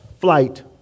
flight